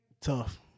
Tough